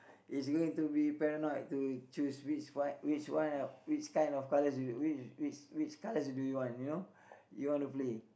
it's gonna to be paranoid to choose which one which one which kind of colours you which which which colours do you want you know you wanna play